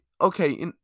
okay